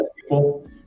people